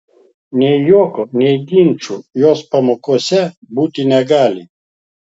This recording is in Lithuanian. nei juokų nei ginčų jos pamokose būti negali